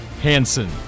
Hansen